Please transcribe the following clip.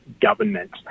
government